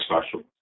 special